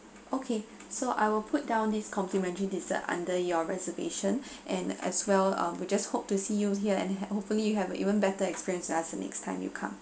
okay so I will put down this complimentary dessert under your reservation and as well um we just hope to see you here and hopefully you have a even better experience with us the next time you come